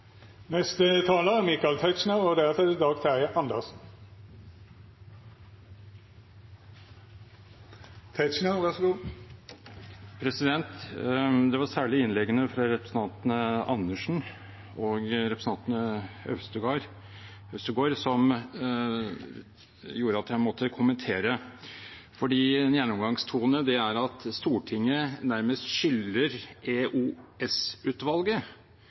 Det var særlig innleggene til representantene Andersen og Øvstegård som gjorde at jeg måtte kommentere, for en gjennomgangstone er at Stortinget nærmest skylder